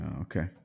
okay